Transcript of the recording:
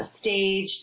stage